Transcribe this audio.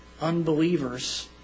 unbelievers